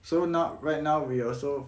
so now right now we also